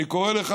אני קורא לך,